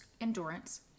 endurance